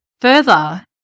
Further